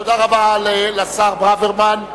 תודה רבה לשר ברוורמן.